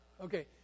okay